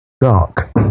dark